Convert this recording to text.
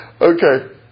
Okay